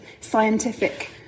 scientific